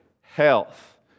health